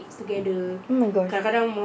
oh my gosh